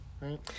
right